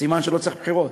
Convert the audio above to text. סימן שלא צריך בחירות.